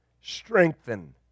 Strengthen